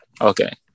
Okay